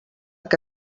què